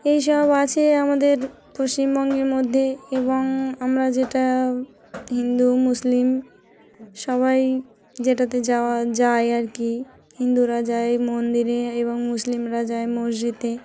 এইসব আছে আমাদের পশ্চিমবঙ্গের মধ্যে এবং আমরা যেটা হিন্দু মুসলিম সবাই যেটাতে যাওয়া যায় আর কি হিন্দুরা যায় মন্দিরে এবং মুসলিমরা যায় মসজিদে